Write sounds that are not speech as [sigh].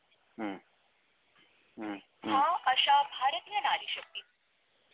ꯎꯝ ꯎꯝ [unintelligible]